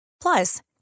Plus